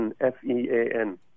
F-E-A-N